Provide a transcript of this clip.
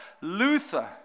Luther